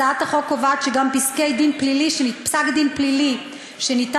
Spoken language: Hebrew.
הצעת החוק קובעת שגם פסק-דין פלילי שניתן